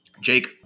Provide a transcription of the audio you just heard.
Jake